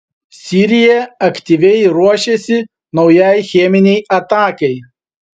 sirija aktyviai ruošėsi naujai cheminei atakai